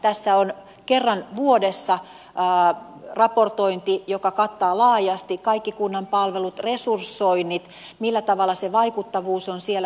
tässä on kerran vuodessa raportointi joka kattaa laajasti kaikki kunnan palvelut resursoinnit se millä tavalla se vaikuttavuus on siellä tapahtunut